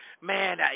man